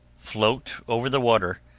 float over the water,